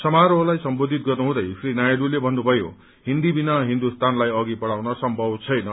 समारोहलाई सम्बोधित गर्नुहुँदै श्री नायडूले भन्नुभयो हिन्दीबिना हिन्दुस्तानलाई अघि बढ़ाउन सम्भव छैन